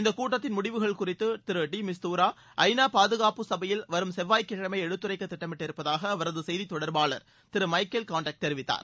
இந்தக் கூட்டத்தின் முடிவுகள் குறித்து திரு டி மிஸ்துரா ஐநா பாதுகாப்பு சபையில் வரும் செவ்வாய் கிழமை எடுத்துளர்க்க திட்டமிட்டிருப்பதாக அவரது செய்தி தொடர்பாளர் திரு மைகேல் கான்டெக்ட் தெரிவித்தார்